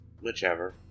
Whichever